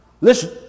Listen